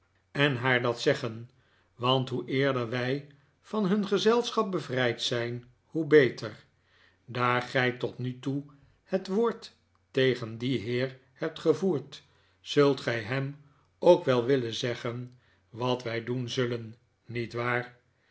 en naar dat zeggen want hoe eerder wij van hun gezelschap bevrijd zijn hoe beter daar gij tot nu toe het woord tegen dien heer hebt gevoerd zult gij hem ook wel willen zeggen wat wij doen zullen niet waar